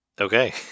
okay